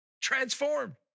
transformed